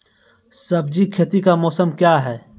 सब्जी खेती का मौसम क्या हैं?